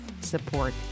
support